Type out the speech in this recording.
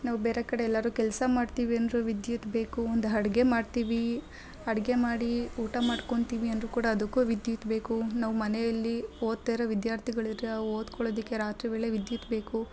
ನಾವು ಬೇರೆ ಕಡೆ ಎಲ್ಲರೂ ಕೆಲಸ ಮಾಡ್ತೀವಿ ಅಂದರೂ ವಿದ್ಯುತ್ ಬೇಕು ಒಂದು ಅಡ್ಗೆ ಮಾಡ್ತೀವಿ ಅಡುಗೆ ಮಾಡಿ ಊಟ ಮಾಡ್ಕೊತೀವಿ ಅಂದರೂ ಕೂಡ ಅದಕ್ಕೂ ವಿದ್ಯುತ್ ಬೇಕು ನಾವು ಮನೆಯಲ್ಲಿ ಓದ್ತಾ ಇರೋ ವಿದ್ಯಾರ್ಥಿಗಳಿದ್ದರೆ ಅವ್ರ್ ಓದ್ಕೊಳ್ಳೋದಕ್ಕೆ ರಾತ್ರಿ ವೇಳೆ ವಿದ್ಯುತ್ ಬೇಕು